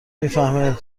میفهمه